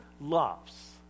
loves